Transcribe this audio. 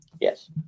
Yes